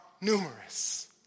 numerous